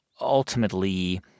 ultimately